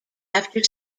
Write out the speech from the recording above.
after